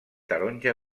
taronja